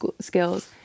skills